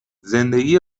زندگی